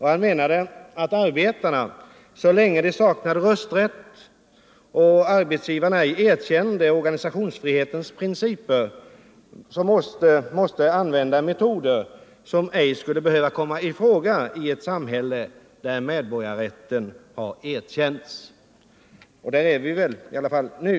Han menade att så länge arbetarna saknade rösträtt och arbetsgivarna inte erkände organisationsfrihetens principer måste man använda metoder som inte skulle behöva komma i fråga i ett samhälle där medborgarrätten är erkänd. Och där är vi väl i alla fall nu.